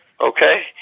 Okay